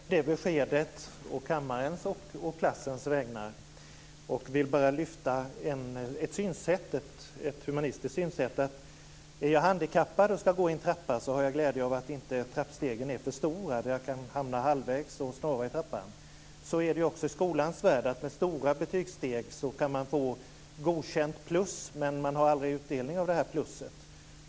Fru talman! Jag tackar för det beskedet å kammarens och klassens vägnar. Jag vill bara lyfta fram det humanistiska synsättet att om jag är handikappad och ska gå i en trappa har jag glädje av att trappstegen inte är för stora så att jag kan hamna halvvägs och snava. Så är det också i skolans värld. Med stora betygssteg kan man få godkänt plus, men man har aldrig utdelning av pluset.